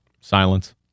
silence